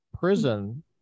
prison